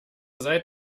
seid